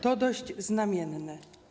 To dość znamienne.